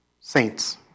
saints